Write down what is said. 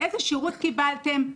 איזה שירות קיבלתם,